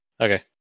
Okay